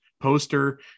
poster